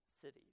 city